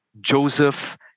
Joseph